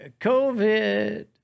COVID